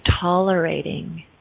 tolerating